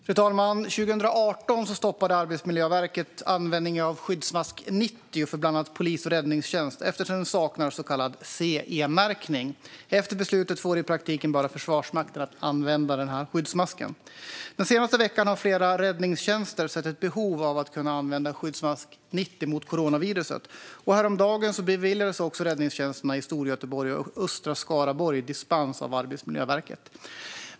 Fru talman! År 2018 stoppade Arbetsmiljöverket användningen av Skyddsmask 90 för bland annat polis och räddningstjänst, eftersom den saknar så kallad CE-märkning. Efter beslutet får i praktiken bara Försvarsmakten använda skyddsmasken. Den senaste veckan har flera räddningstjänster sett ett behov av att kunna använda Skyddsmask 90 mot coronaviruset. Häromdagen beviljades också räddningstjänsterna i Storgöteborg och Östra Skaraborg dispens av Arbetsmiljöverket.